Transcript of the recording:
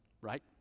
right